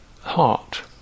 heart